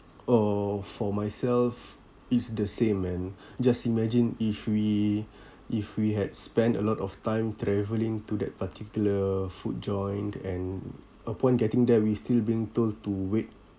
oh for myself it's the same and just imagine if we if we had spent a lot of time travelling to that particular food joint and upon getting there we still being told to wait